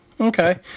Okay